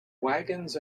wagons